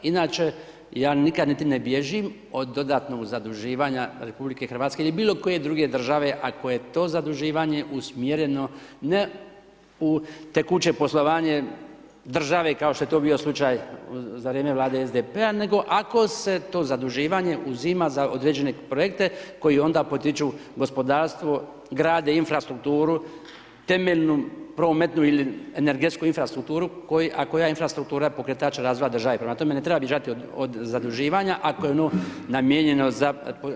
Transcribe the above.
Inače, ja nikad niti ne bježim od dodatnog zaduživanja RH ili bilokoje druge države ako je to zaduživanje usmjereno ne u tekuće poslovanje države kao što je bio slučaj za vrijeme Vlade SDP-a, nego ako se to zaduživanje uzima za određene projekte koji onda potiču gospodarstvo, grade infrastrukturu, temeljnu prometnu ili energetsku infrastrukturu a koja je infrastruktura pokretač države prema tome ne treba bježati od zaduživanja ako je ono namijenjeno za gospodarski razvoj.